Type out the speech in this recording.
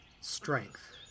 strength